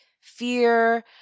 fear